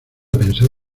pensar